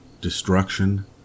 destruction